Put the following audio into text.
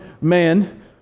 man